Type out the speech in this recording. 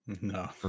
No